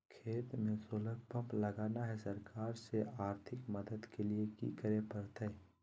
खेत में solar pump लगाना है, सरकार से आर्थिक मदद के लिए की करे परतय?